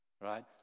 Right